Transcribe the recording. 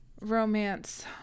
romance